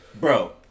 bro